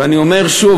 ואני אומר שוב,